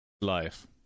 life